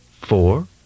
Four